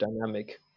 dynamic